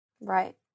right